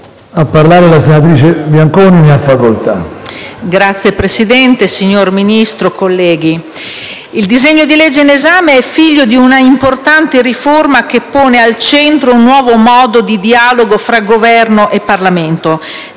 Signor Presidente, signor Ministro, colleghi, il disegno di legge in esame è figlio di una importante riforma che pone al centro un nuovo modo di dialogo fra Governo e Parlamento: